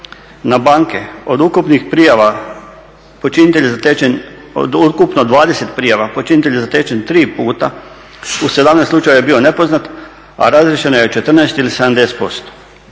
Na banke, od ukupnih 20 prijava počinitelj je zatečen 3 puta u 17 slučaja je bio nepoznat, a razriješeno je 14 ili 70%.